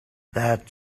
that